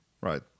right